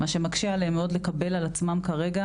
מה שמקשה עליהן מאוד לקבל על עצמן כרגע